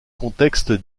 contexte